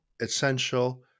essential